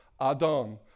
Adon